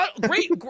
great